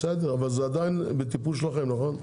בסדר, אבל זה עדיין בטיפול שלכם, נכון?